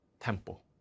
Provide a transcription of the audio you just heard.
temple